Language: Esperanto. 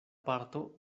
parto